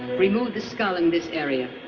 remove the skull in this area.